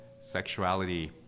sexuality